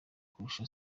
kurusha